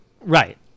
Right